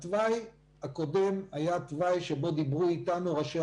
התוואי הקודם היה תוואי שבו דיברו אתנו ראשי